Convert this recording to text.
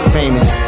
famous